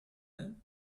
then